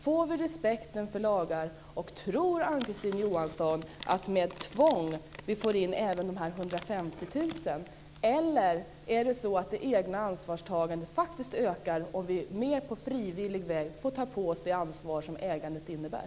Får vi någon respekt för sådana lagar? Tror Ann-Kristine Johansson att man genom att använda sig av tvång får en märkning även av de 150 000 omärkta hundarna? Eller ökar det egna ansvarstagandet om man på frivillig väg får ta på sig det ansvar som ägandet innebär?